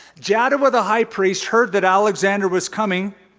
jaddua the high priest heard that alexander was coming.